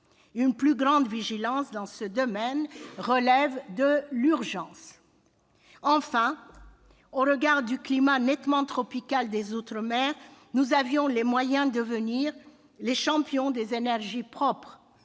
Une plus grande vigilance dans ce domaine relève de l'urgence. Enfin, au regard du climat nettement tropical des outre-mer, nous avions les moyens de devenir les champions des énergies propres,